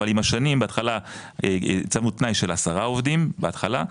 אבל עם השנים בהתחלה שמו תנאי של 10 עובדים בהתחלה,